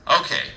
okay